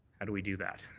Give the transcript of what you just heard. how do we do that?